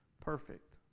perfect